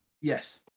Yes